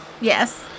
yes